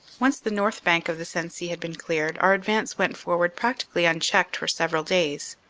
once the north bank of the sensee had been cleared, our advance went forward practically unchecked for several days.